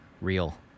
real